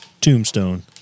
Tombstone